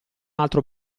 altro